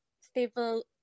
stable